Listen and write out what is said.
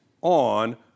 on